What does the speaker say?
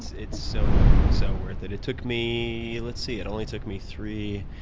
it's so so worth it. it took me, let's see, it only took me three